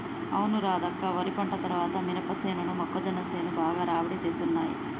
అవును రాధక్క వరి పంట తర్వాత మినపసేను మొక్కజొన్న సేను బాగా రాబడి తేత్తున్నయ్